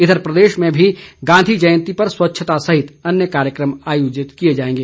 इधर प्रदेश में भी गांधी जयंती पर स्वच्छता सहित अन्य कार्यक्रम आयोजित किए जाएंगे